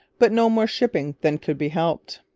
but no more shipping than could be helped